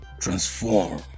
transform